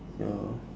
ya